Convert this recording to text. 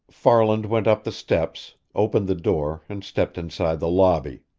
farland went up the steps, opened the door, and stepped inside the lobby.